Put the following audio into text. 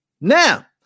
Now